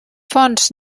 fons